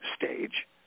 stage